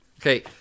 Okay